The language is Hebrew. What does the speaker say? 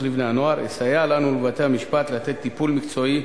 לבני-הנוער יסייע לנו ולבתי-המשפט לתת טיפול מקצועי,